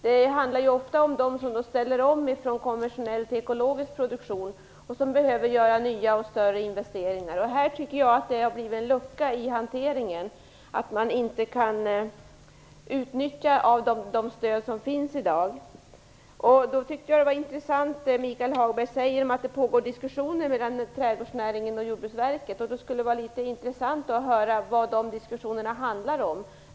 Det handlar ju ofta om dem som ställer om från konventionell produktion till ekologisk produktion, vilka behöver göra nya och större investeringar. Här tycker jag att det har uppstått en lucka i hanteringen, eftersom de stöd som finns i dag inte kan utnyttjas. Därför är det som Michael Hagberg säger intressant, att det pågår diskussioner mellan trädgårdsnäringen och Jordbruksverket. Det skulle vara intressant att få höra vad dessa diskussioner handlar om.